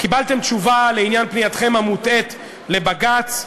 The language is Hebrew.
קיבלתם תשובה לעניין פנייתכם המוטעית לבג"ץ.